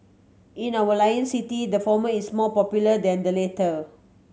in our Lion City the former is more popular than the latter